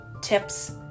tips